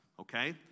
okay